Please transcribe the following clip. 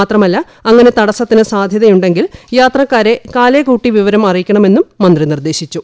മാത്രമല്ല അങ്ങനെ തടസത്തിന് സാധ്യതയുണ്ടെങ്കിൽ യാത്രക്കാരെ കാലേകൂട്ടി വിവരം അറിയിക്കണമെന്നും മന്ത്രി നിർദ്ദേശിച്ചു